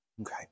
Okay